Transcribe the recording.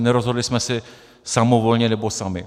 Nerozhodli jsme se samovolně, nebo sami.